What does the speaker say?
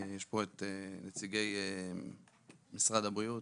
יש פה את נציגי משרד הבריאות.